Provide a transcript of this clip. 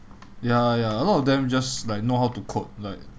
ya ya a lot of them just like know how to code like